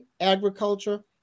agriculture